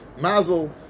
Mazel